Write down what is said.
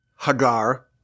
Hagar